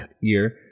year